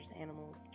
animals